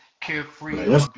carefree